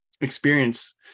experience